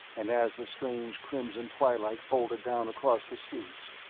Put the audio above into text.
and as the strange crimson twilight folded down across the streets,